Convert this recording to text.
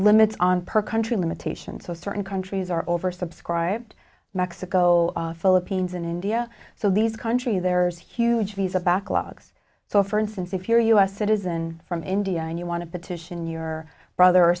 limits on per country limitations so as to and countries are oversubscribed mexico philippines and india so these country there's huge visa backlogs so for instance if you're a u s citizen from india and you want to petition your brother or